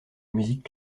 musique